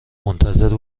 منتظر